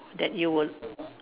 that you will